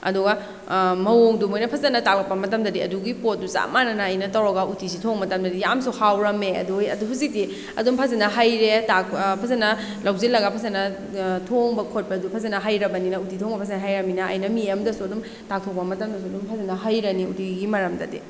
ꯑꯗꯨꯒ ꯃꯑꯣꯡꯗꯨ ꯃꯣꯏꯅ ꯐꯖꯅ ꯇꯥꯛꯂꯛꯄ ꯃꯇꯝꯗꯗꯤ ꯑꯗꯨꯒꯤ ꯄꯣꯠꯇꯨ ꯆꯞ ꯃꯥꯟꯅꯅ ꯑꯩꯅ ꯇꯧꯔꯒ ꯎꯇꯤꯁꯦ ꯊꯣꯡ ꯃꯇꯝꯗꯗꯤ ꯌꯥꯝꯅꯁꯨ ꯍꯥꯎꯔꯝꯃꯦ ꯑꯗꯣ ꯑꯗꯨ ꯍꯧꯖꯤꯛꯇꯤ ꯑꯗꯨꯝ ꯐꯖꯅ ꯍꯩꯔꯦ ꯇꯥꯛ ꯐꯖꯅ ꯂꯧꯁꯤꯜꯂꯒ ꯐꯖꯅ ꯊꯣꯡꯕ ꯈꯣꯠꯄꯗꯨ ꯐꯖꯅ ꯍꯩꯔꯕꯅꯤꯅ ꯎꯇꯤ ꯊꯣꯡꯕ ꯍꯩꯔꯃꯤꯅ ꯑꯩꯅ ꯃꯤ ꯑꯝꯗꯁꯨ ꯑꯗꯨꯝ ꯇꯥꯛꯊꯣꯛꯄ ꯃꯇꯝꯗꯁꯨ ꯑꯗꯨꯝ ꯐꯖꯅ ꯍꯩꯔꯅꯤ ꯎꯇꯤꯒꯤ ꯃꯔꯝꯗꯗꯤ